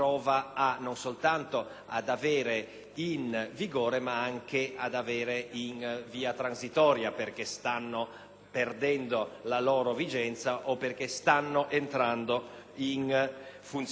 perdendo la loro vigenza o perché stanno entrando in vigore). In questo ambito, il Governo ha presentato una serie di provvedimenti,